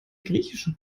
griechische